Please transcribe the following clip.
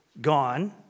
gone